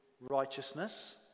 righteousness